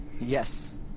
Yes